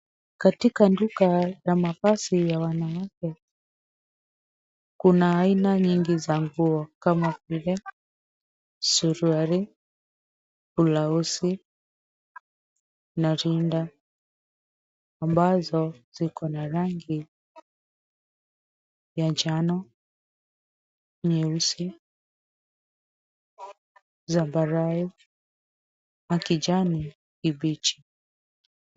Katika duka la mavazi ya wanawake, kuna aina nyingi za nguo kama vile suruali, blausi na rinda ambazo zikona rangi ya njano, nyeusi, zambarau na kijani kibichi.